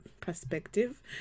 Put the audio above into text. perspective